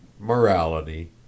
morality